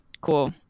Cool